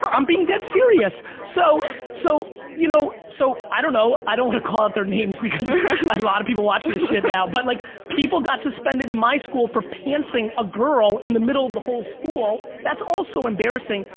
i'm being dead serious. so so you know so i don't know, i don't want to call out their names because a lot of people watching this shit now but like people got suspended in my school for pantsing a girl in the middle of the whole school, that's also embarrassing.